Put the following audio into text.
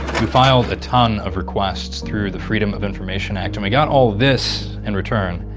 we filed a ton of requests through the freedom of information act, and we got all this in return.